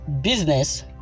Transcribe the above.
business